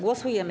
Głosujemy.